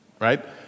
right